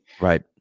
Right